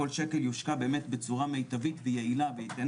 כל שקל יושקע באמת בצורה מיטבית ויעילה וייתן